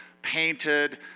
painted